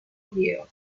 view